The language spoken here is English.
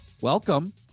welcome